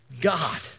God